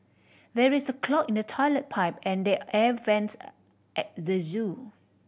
there is a clog in the toilet pipe and the air vents at the zoo